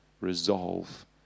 resolve